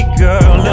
girl